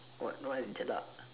what what is jelak